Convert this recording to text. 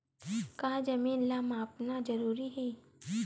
का जमीन ला मापना जरूरी हे?